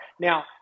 now